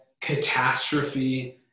catastrophe